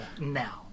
now